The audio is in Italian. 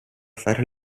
fare